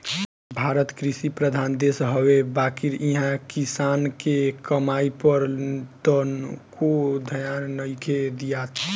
भारत कृषि प्रधान देश हवे बाकिर इहा किसान के कमाई पर तनको ध्यान नइखे दियात